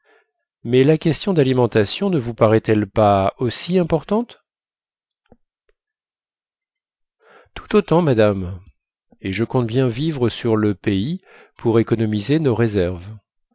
mais la question d'alimentation ne vous paraît-elle pas aussi importante tout autant madame et je compte bien vivre sur le pays pour économiser nos réserves